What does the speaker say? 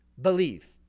believe